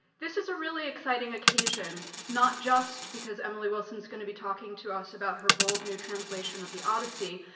this is a really exciting occasion, not just because emily wilson's going to be talking to us about her bold new translation of the odyssey,